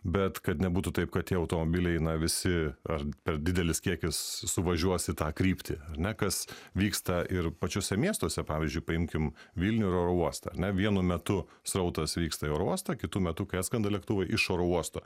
bet kad nebūtų taip kad tie automobiliai na visi ar per didelis kiekis suvažiuos į tą kryptį ar ne kas vyksta ir pačiuose miestuose pavyzdžiui paimkim vilnių ir oro uostą ar ne vienu metu srautas vyksta į oro uostą kitu metu kai atskrenda lėktuvai iš oro uosto